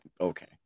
Okay